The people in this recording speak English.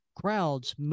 Crowds